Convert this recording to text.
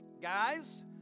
Guys